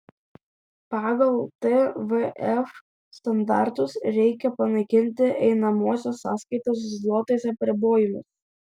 pagal tvf standartus reikia panaikinti einamosios sąskaitos zlotais apribojimus